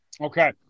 Okay